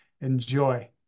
Enjoy